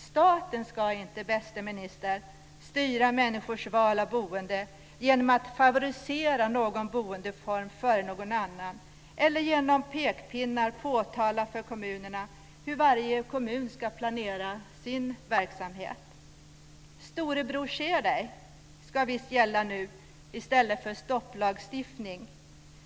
Staten ska inte, bäste minister, styra människors val av boende genom att favorisera någon boendeform framför någon annan eller genom pekpinnar påtala för kommunerna hur varje kommun ska planera sin verksamhet. "Storebror ser dig" ska visst gälla nu i stället för stopplagstiftning.